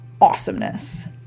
awesomeness